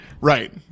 Right